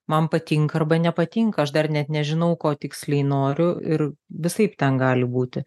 man patinka arba nepatinka aš dar net nežinau ko tiksliai noriu ir visaip ten gali būti